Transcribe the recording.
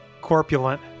Corpulent